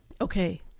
Okay